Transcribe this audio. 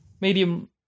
Medium